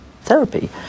therapy